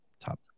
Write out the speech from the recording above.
top